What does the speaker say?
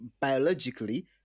biologically